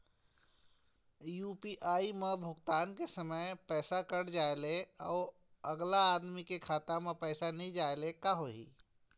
UPI म भुगतान के समय पैसा कट जाय ले, अउ अगला आदमी के खाता म पैसा नई जाय ले का होही?